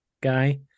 guy